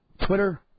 Twitter